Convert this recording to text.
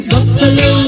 Buffalo